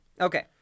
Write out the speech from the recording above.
Okay